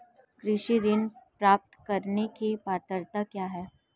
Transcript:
कृषि ऋण प्राप्त करने की पात्रता क्या है?